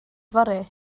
yfory